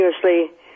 continuously